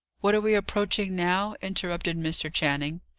what are we approaching now? interrupted mr. channing.